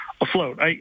afloat